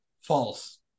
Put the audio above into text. false